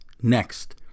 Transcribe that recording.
next